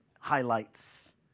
highlights